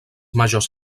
majors